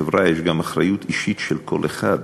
חברי, יש גם אחריות אישית של כל אחד.